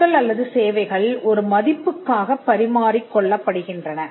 பொருட்கள் அல்லது சேவைகள் ஒரு மதிப்புக்காகப் பரிமாறிக் கொள்ளப்படுகின்றன